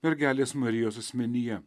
mergelės marijos asmenyje